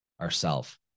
ourself